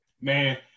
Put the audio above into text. Man